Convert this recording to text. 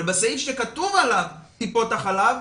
אבל בסעיף שכתוב עליו טיפות חלב,